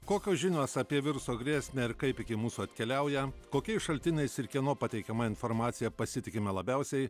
kokios žinios apie viruso grėsmę ir kaip iki mūsų atkeliauja kokiais šaltiniais ir kieno pateikiama informacija pasitikime labiausiai